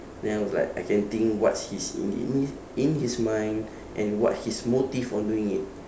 then I was like I can think what's his in in in his mind and what his motive for doing it